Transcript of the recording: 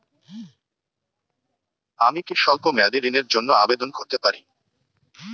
আমি কি স্বল্প মেয়াদি ঋণের জন্যে আবেদন করতে পারি?